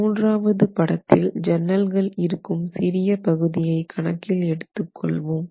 மூன்றாவது படத்தில் ஜன்னல்கள் இருக்கும் சிறிய பகுதியை கணக்கில் எடுத்து கொள்வோம்